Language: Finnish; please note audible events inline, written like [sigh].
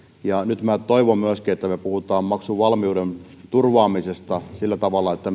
ja nyt minä toivon että me puhumme myöskin maksuvalmiuden turvaamisesta sillä tavalla että [unintelligible]